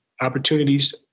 opportunities